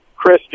Chris